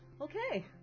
Okay